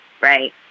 right